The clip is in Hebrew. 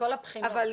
גם